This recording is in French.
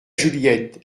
juliette